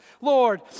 Lord